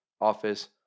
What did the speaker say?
Office